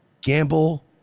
gamble